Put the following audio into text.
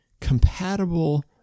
compatible